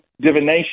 divination